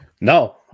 No